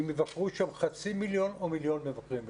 אם יבקרו שם חצי מיליון או מיליון מבקרים בשנה.